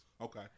Okay